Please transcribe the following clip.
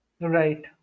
right